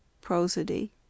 Prosody